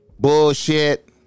Bullshit